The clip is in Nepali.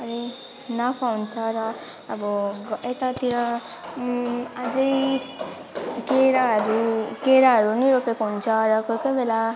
अनि नाफा हुन्छ र अब यतातिर अझै केराहरू केराहरू पनि रोपेको हुन्छ र कोही कोही बेला